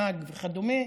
חג וכדומה,